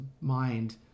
mind